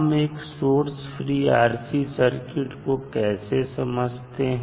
हम एक source free RC circuit को कैसे समझते हैं